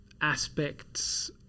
aspects